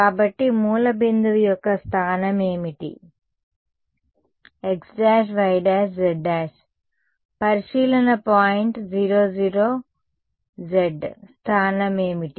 కాబట్టి మూల బిందువు యొక్క స్థానం ఏమిటి xyz పరిశీలన పాయింట్ 00z స్థానం ఏమిటి